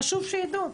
חשוב שיידעו.